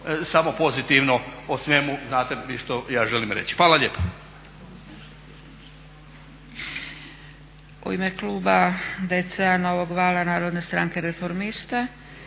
samo pozitivno o svemu, znate vi što ja želim reći. Hvala lijepa.